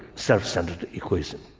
self centred egoism.